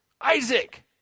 Isaac